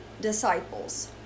disciples